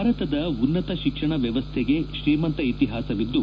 ಭಾರತದ ಉನ್ನತ ಶಿಕ್ಷಣ ವ್ಯವಸ್ಥೆಗೆ ಶ್ರೀಮಂತ ಇತಿಹಾಸವಿದ್ದು